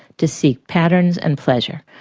to seek patterns and pleasure.